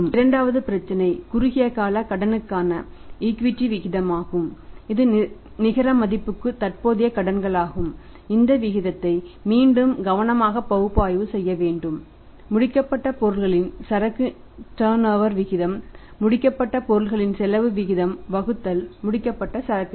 இரண்டாவது பிரச்சினை குறுகிய கால கடனுக்கான ஈக்விட்டி விகிதம் முடிக்கப்பட்ட பொருட்களின் செலவு விகிதம் வகுத்தல் முடிக்கப்பட்ட சரக்குகள்